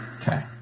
Okay